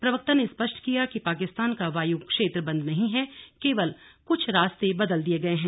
प्रवक्ता ने स्पष्ट किया कि पाकिस्तान का वायु क्षेत्र बंद नहीं है केवल कुछ रास्ते बदले गए हैं